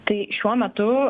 tai šiuo metu